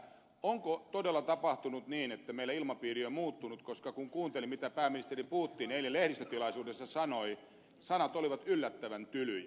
onko todella tapahtunut niin että meillä ilmapiiri on muuttunut koska kun kuunteli mitä pääministeri putin eilen lehdistötilaisuudessa sanoi sanat olivat yllättävän tylyjä